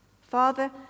Father